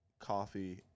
coffee